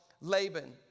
Laban